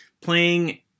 playing